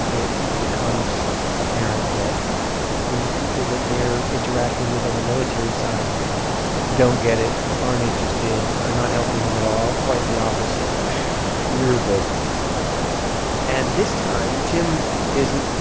it becomes apparent that the people that they are interacting with on the military side don't get it, aren't interested, are not helping them at all quite the opposite we were both being harassed and this time, tim isn't,